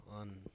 on